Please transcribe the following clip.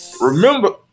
Remember